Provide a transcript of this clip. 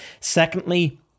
secondly